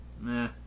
Meh